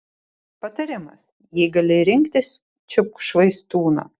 patarimas jei gali rinktis čiupk švaistūną